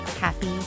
happy